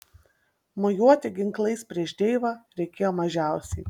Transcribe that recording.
mojuoti ginklais prieš deivą reikėjo mažiausiai